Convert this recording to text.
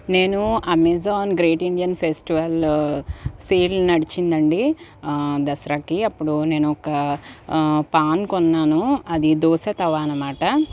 నేను Amazon great Indian festival sale నడిచిందండీ దసరాకి అప్పుడు నేను ఒక పాన్ కొన్నాను అది దోశ తవా అనమాట